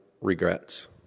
regrets